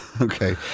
okay